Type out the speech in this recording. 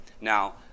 Now